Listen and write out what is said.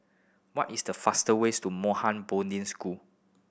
what is the fastest way to Mohan Bodhin School